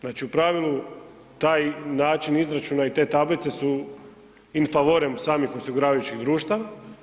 Znači u pravilu taj način izračuna i te tablice su in favorem samih osiguravajućih društava.